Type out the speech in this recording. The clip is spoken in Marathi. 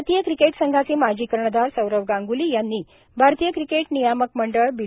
भारतीय क्रिकेट संघाचे माजी कर्णधार सौरव गांग्ली यांनी भारतीय क्रिकेट नियामक मंडळ बी